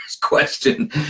question